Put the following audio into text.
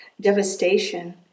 devastation